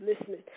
listening